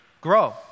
grow